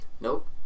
Nope